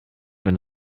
wenn